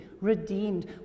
redeemed